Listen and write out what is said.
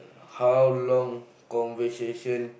how long conversation